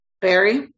Barry